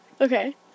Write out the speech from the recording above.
Okay